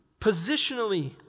positionally